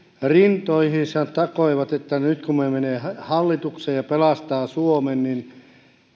rintoihinsa takoivat että nyt kun he menevät hallitukseen he pelastavat suomen